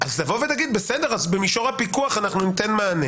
לומר במישור הפיקוח ניתן מענה